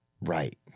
Right